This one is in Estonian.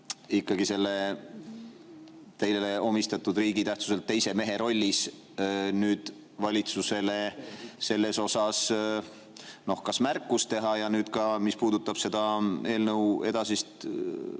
ikkagi teile omistatud riigi tähtsuselt teise mehe rollis nüüd valitsusele selle kohta märkus teha? Ja nüüd ka, mis puudutab eelnõu edasist